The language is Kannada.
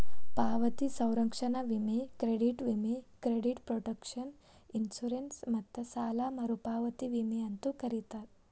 ಪಾವತಿ ಸಂರಕ್ಷಣಾ ವಿಮೆ ಕ್ರೆಡಿಟ್ ವಿಮೆ ಕ್ರೆಡಿಟ್ ಪ್ರೊಟೆಕ್ಷನ್ ಇನ್ಶೂರೆನ್ಸ್ ಮತ್ತ ಸಾಲ ಮರುಪಾವತಿ ವಿಮೆ ಅಂತೂ ಕರೇತಾರ